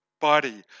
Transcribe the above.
body